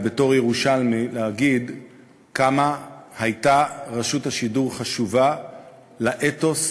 ובתור ירושלמי להגיד כמה הייתה רשות השידור חשובה לאתוס